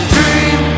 Dream